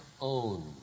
own